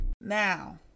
Now